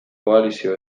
koalizio